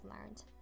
learned